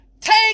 take